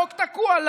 והחוק תקוע.